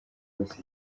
bose